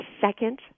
second